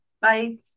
Bye